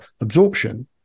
absorption